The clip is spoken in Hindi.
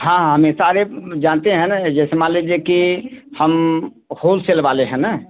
हाँ हमें सारे जानते हैं न जैसे मान लीजिए कि हम होलसेल वाले हैं न